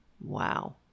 Wow